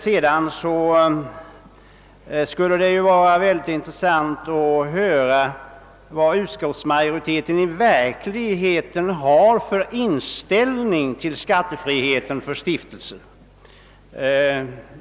Vidare skulle det vara mycket intressant att få höra vad utskottsmajoriteten i verkligheten har för inställning till skattefriheten för stiftelser.